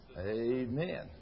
Amen